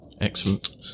Excellent